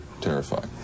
terrified